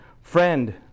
Friend